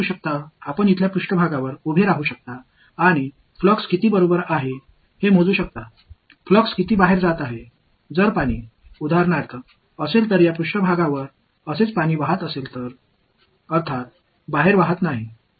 நீங்கள் இங்கே மேற்பரப்பில் நிற்க முடியும் மற்றும் ஃப்ளக்ஸ் எவ்வளவு என்பதை அளவிடலாம் ஆதாவது ஃப்ளக்ஸ் எவ்வளவு வெளியே செல்கிறது என்பதுதான் இப்போது நீர் உதாரணமாக இருந்தால் இந்த மேற்பரப்பில் இங்கே நீர் இப்படி பாய்கிறது என்றால் வெளிப்படையாக வெளியே பாயவில்லை